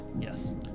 yes